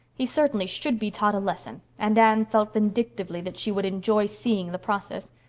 he certainly should be taught a lesson, and anne felt vindictively that she would enjoy seeing the process.